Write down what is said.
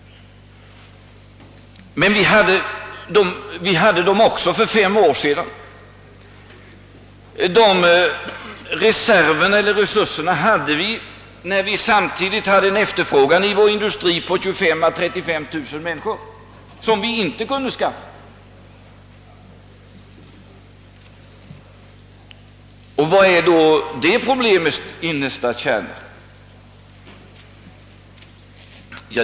Men vi hade dem också för fem år sedan, när vår industri samtidigt hade en efterfrågan, som vi inte kunde täcka, på 25000 å 35 000 människor. Vad är då det problemets innersta kärna?